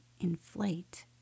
inflate